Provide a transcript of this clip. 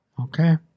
Okay